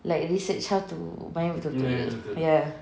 like research how to main betul-betul ya